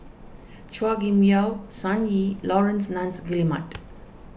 Chua Kim Yeow Sun Yee Laurence Nunns Guillemard